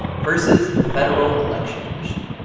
versus the federal election commission.